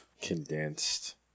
Condensed